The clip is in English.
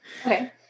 Okay